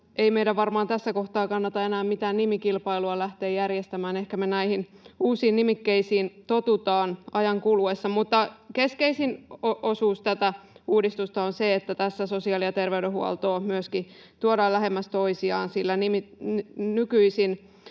Ei meidän varmaan tässä kohtaa kannata enää mitään nimikilpailua lähteä järjestämään. Ehkä me näihin uusiin nimikkeisiin totutaan ajan kuluessa. Mutta keskeisin osuus uudistusta on se, että tässä sosiaali- ja terveydenhuoltoa myöskin tuodaan lähemmäs toisiaan, sillä jo nykyisin